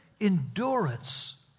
endurance